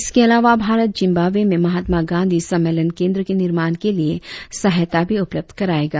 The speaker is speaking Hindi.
इसके अलावा भारत जिम्बाब्वे में महात्मा गांधी सम्मेलन केद्र के निर्माण के लिए सहायता भी उपलब्ध करायेगा